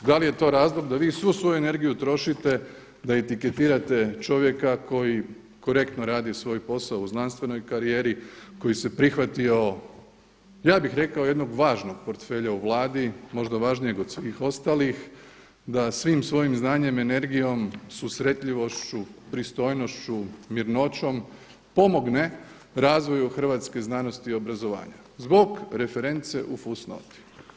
Da li je to razlog da vi svu svoju energiju trošite da etiketirate čovjeka koji korektno svoj posao u znanstvenoj karijeri, koji se prihvatio ja bih rekao jednog važnog portfelja u Vladi, možda važnijeg od svih ostalih, da svim svojim znanjem, energijom, susretljivošću, pristojnošću, mirnoćom pomogne razvoju hrvatske znanosti i obrazovanja, zbog reference u fusnoti.